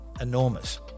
enormous